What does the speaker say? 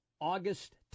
August